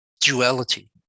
duality